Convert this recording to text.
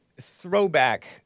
throwback